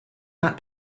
not